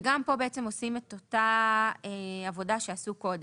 גם פה עושים את אותה עבודה שעשו קודם,